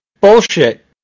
bullshit